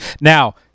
Now